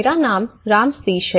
मेरा नाम राम सतीश है